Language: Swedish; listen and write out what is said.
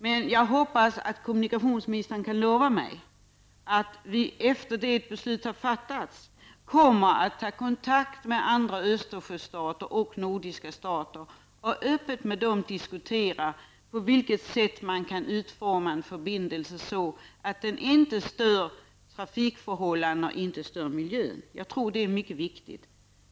Men jag hoppas att kommunikationsminstern kan lova mig att vi efter det att beslut har fattats kommer att ta kontakt med andra Östersjöstater och nordiska stater för att med dessa öppet diskutera hur man kan utforma en förbindelse, så att den inte stör vare sig trafikförhållanden eller miljö. Jag tror att det är mycket viktigt.